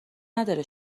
نداره